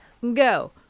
go